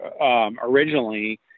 originally